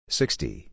sixty